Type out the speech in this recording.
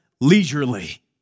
leisurely